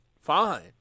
Fine